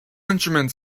instruments